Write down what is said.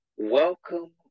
Welcome